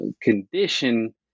condition